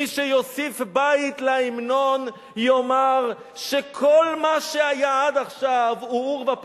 מי שיוסיף בית להמנון יאמר שכל מה שהיה עד עכשיו הוא עורבא פרח.